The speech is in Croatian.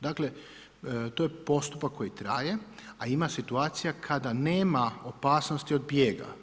Dakle, to je postupak koji traje, a ima situacija kada nema opasnosti od bijega.